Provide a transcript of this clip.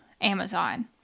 Amazon